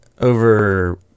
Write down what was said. over